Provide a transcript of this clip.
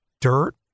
dirt